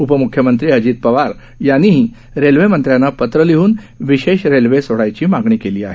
उपम्ख्यमंत्री अजित पवार यांनीही रेल्वे मंत्र्यांना पत्र लिहन विशेष रेल्वे सोडण्याची मागणी केली आहे